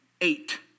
eight